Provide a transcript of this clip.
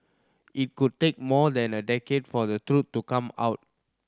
it could take more than a decade for the truth to come out